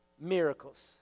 miracles